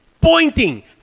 pointing